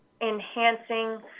enhancing